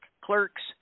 clerks